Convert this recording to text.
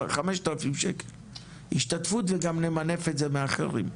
5,000 שקלים השתתפות וגם למנף את זה מאחרים.